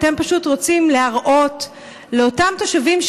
אתם פשוט רוצים להראות לאותם תושבים,